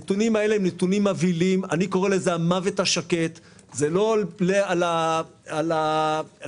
בימים אלה עובדים על הדברים